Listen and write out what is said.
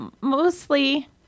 mostly